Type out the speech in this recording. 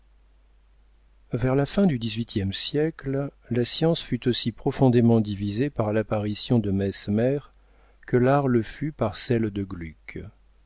vers la fin du dix-huitième siècle la science fut aussi profondément divisée par l'apparition de mesmer que l'art le fut par celle de gluck